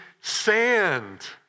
sand